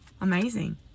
Amazing